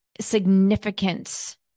significance